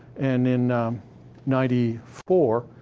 and, in ninety four,